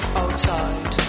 outside